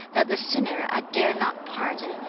that the sinner i dare not pardon,